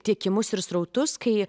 tiekimus ir srautus kai